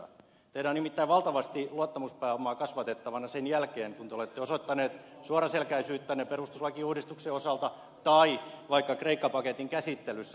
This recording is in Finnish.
teillä on nimittäin valtavasti luottamuspääomaa kasvatettavana sen jälkeen kun te olette osoittaneet suoraselkäisyyttänne perustuslakiuudistuksen osalta tai vaikka kreikka paketin käsittelyssä